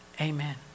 Amen